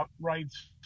rights